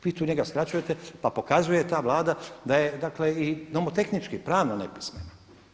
Vi tu njega skraćujete, pa pokazuje ta Vlada da je dakle i nomotehnički, pravno nepismena.